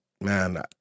man